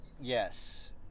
yes